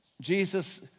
Jesus